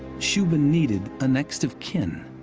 shubin needed a next of kin,